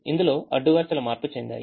ఇందులో అడ్డు వరుసలు మార్పు చెందాయి